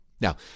Now